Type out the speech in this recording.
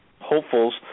hopefuls